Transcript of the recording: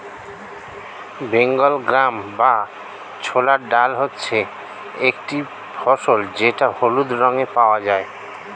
Bengal gram বা ছোলার ডাল হচ্ছে একটি ফসল যেটা হলুদ রঙে পাওয়া যায়